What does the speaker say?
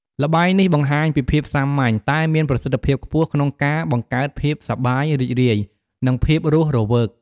ល្បែងនេះបង្ហាញពីភាពសាមញ្ញ តែមានប្រសិទ្ធភាពខ្ពស់ក្នុងការ បង្កើតភាពសប្បាយរីករាយ និងភាពរស់រវើក។